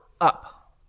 up